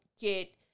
get